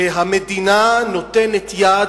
ובו המדינה נותנת יד,